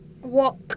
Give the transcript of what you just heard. walk